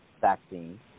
vaccine